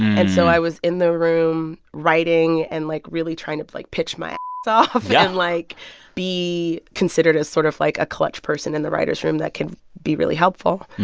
and so i was in the room writing and, like, really trying to, like, pitch my off. yeah. and like be considered as sort of, like, a clutch person in the writers' room that can be really helpful.